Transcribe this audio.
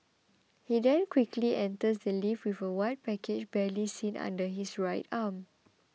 he then quickly enters the lift with a white package barely seen tucked under his right arm